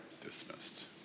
dismissed